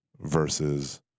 versus